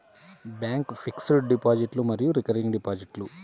bank fixed డిపాజిట్లు మరియు recurring డిపాజిట్లు